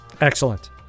Excellent